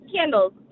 candles